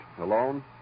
alone